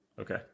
Okay